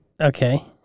okay